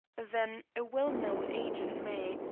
then, a well-known agent may,